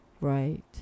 right